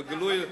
בגלוי,